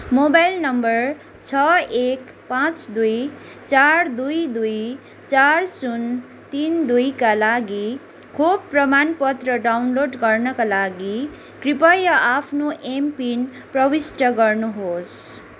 mobile नम्बर छ एक पाँच दुई चार दुई दुई चार शून्य तिन दुईका लागि खोप प्रमाणपत्र डाउनलोड गर्नाका लागि कृपया आफ्नो एमपिन प्रविष्ट गर्नुहोस्